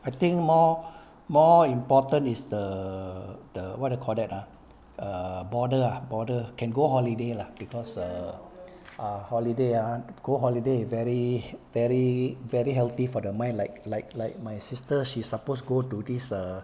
I think more more important is the the what you call that ah err border ah border can go holiday lah because err ah holiday ah go holiday very very very healthy for the mind like like like my sister she supposed go to this err